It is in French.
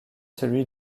celui